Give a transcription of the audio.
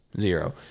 Zero